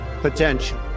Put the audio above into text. potential